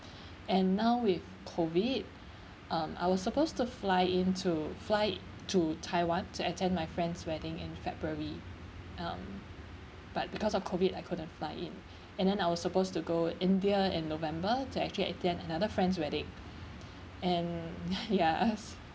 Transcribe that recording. and now with COVID um I was supposed to fly in to fly to taiwan to attend my friend's wedding in february um but because of COVID I couldn't fly in and then I was supposed to go india in november to actually attend another friend's wedding and yes